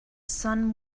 sun